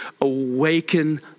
awaken